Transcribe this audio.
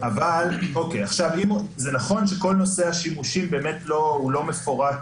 זה נכון שכל נושא השימושים לא מפורט